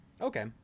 Okay